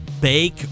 bake